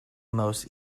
most